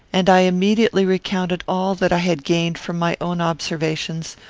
and i immediately recounted all that i had gained from my own observations,